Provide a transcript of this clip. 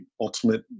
ultimate